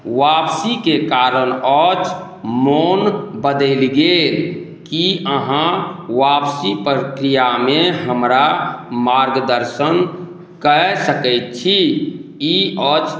वापसीके कारण अछि मन बदलि गेल की अहाँ आपसी प्रक्रिआमे हमरा मार्गदर्शन कय सकैत छी ई अछि